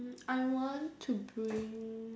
um I want to bring